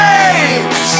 Games